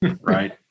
right